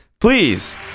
Please